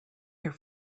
here